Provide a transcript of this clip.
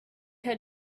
had